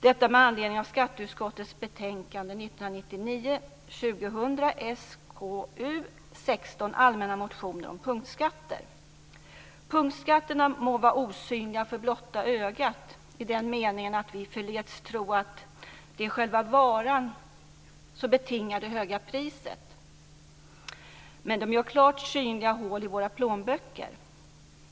Detta sker med anledning av skatteutskottets betänkande Punktskatterna må vara osynliga för blotta ögat i den meningen att vi förleds tro att det är själva varan som betingar det höga priset - men de gör klart synliga hål i våra plånböcker.